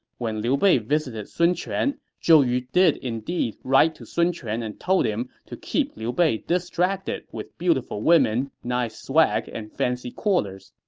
when liu bei visited sun quan, zhou yu did indeed write to sun quan and told him to keep liu bei distracted with beautiful women, nice swag, and fancy quarters.